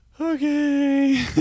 Okay